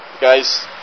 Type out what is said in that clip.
Guys